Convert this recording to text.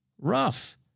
rough